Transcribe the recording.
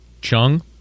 Chung